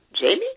Jamie